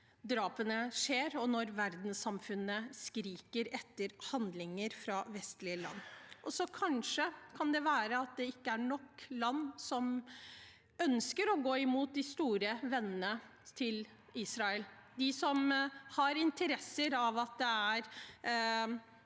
drapene skjer, og når verdenssamfunnet skriker etter handlinger fra vestlige land? Det kan kanskje være at det ikke er nok land som ønsker å gå imot de store vennene til Israel, de som har interesser av at den